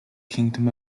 kingdom